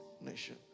nation